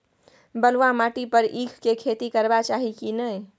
बलुआ माटी पर ईख के खेती करबा चाही की नय?